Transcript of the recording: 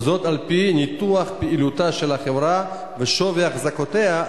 וזאת על-פי ניתוח פעילותה של החברה ושווי אחזקותיה,